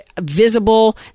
visible